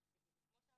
וכמו שאמרת,